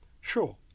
Sure